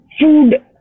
food